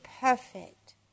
perfect